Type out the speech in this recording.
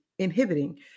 inhibiting